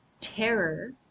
terror